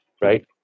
right